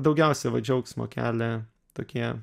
daugiausia vat džiaugsmo kelia tokie